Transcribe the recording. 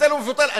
בטל ומבוטל.